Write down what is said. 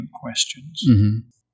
questions